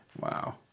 Wow